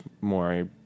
more